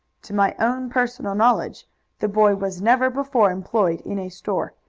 to my own personal knowledge the boy was never before employed in a store,